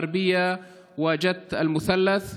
באקה אל-גרבייה וג'ת המשולש.